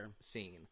scene